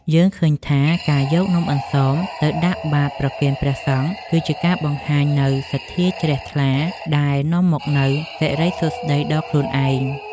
យើងឃើញថាការយកនំអន្សមទៅដាក់បាត្រប្រគេនព្រះសង្ឃគឺជាការបង្ហាញនូវសទ្ធាជ្រះថ្លាដែលនាំមកនូវសិរីសួស្ដីដល់ខ្លួនឯង។